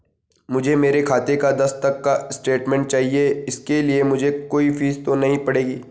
मुझे मेरे खाते का दस तक का स्टेटमेंट चाहिए इसके लिए मुझे कोई फीस तो नहीं पड़ेगी?